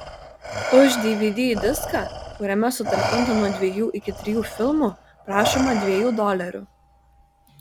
už dvd diską kuriame sutalpinta nuo dviejų iki trijų filmų prašoma dviejų dolerių